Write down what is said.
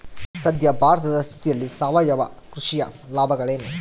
ಸದ್ಯ ಭಾರತದ ಸ್ಥಿತಿಯಲ್ಲಿ ಸಾವಯವ ಕೃಷಿಯ ಲಾಭಗಳೇನು?